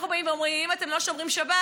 אנחנו באים ואומרים: אם אתם לא שומרים שבת,